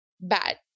bad